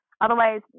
Otherwise